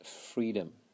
freedom